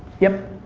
yep.